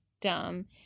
dumb